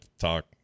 talk